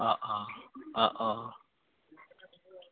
অঁ অঁ অঁ অঁ